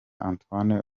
antoine